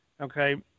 Okay